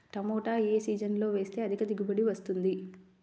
టమాటా ఏ సీజన్లో వేస్తే అధిక దిగుబడి వస్తుంది?